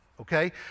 okay